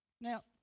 Now